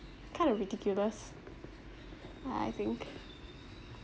kind of ridiculous I think